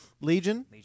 Legion